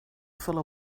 fill